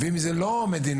ואם זה לא המדינה,